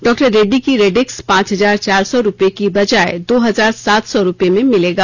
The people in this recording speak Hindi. डॉ रेड्डी का रेडिक्स पांच हजार चार सौ रुपए की बजाए दो हजार सात सौ रुपए में मिलेगा